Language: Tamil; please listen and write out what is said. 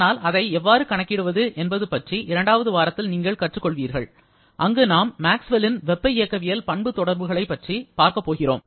ஆனால் அதை எவ்வாறு கணக்கிடுவது என்பது பற்றி இரண்டாவது வாரத்தில் நீங்கள் கற்றுக் கொள்வீர்கள் அங்கு நாம் மேக்ஸ்வெல்லின் வெப்ப இயக்கவியல் பண்பு தொடர்புகளை பற்றி நாம் பார்க்கப் போகிறோம்